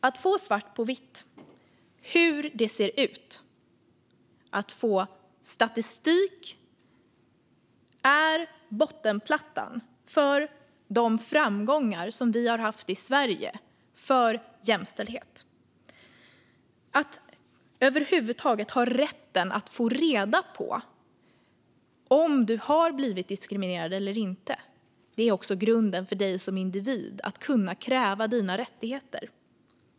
Att få svart på vitt hur det ser ut - att få statistik - är bottenplattan för de framgångar som vi har haft i Sverige för jämställdhet. Att över huvud taget ha rätten att få reda på om du har blivit diskriminerad eller inte är också grunden för dig som individ att kunna kräva dina rättigheter.